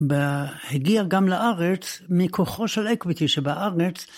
ב... הגיע גם לארץ, מכוחו של equity שבארץ...